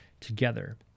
together